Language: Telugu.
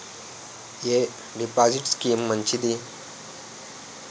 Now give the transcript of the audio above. ఎ డిపాజిట్ స్కీం మంచిది?